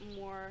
more